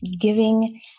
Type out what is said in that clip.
giving